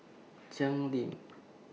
Cheng Lim